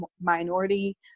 minority